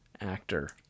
actor